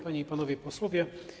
Panie i Panowie Posłowie!